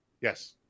Yes